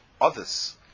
others